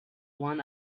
one